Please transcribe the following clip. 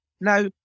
Now